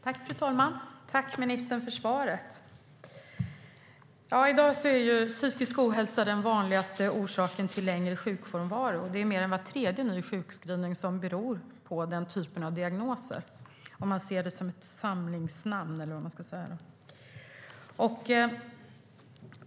Fru talman! Tack, ministern, för svaret! I dag är psykisk ohälsa den vanligaste orsaken till längre sjukfrånvaro. Mer än var tredje ny sjukskrivning beror på den typ av diagnoser som har psykisk ohälsa som samlingsnamn.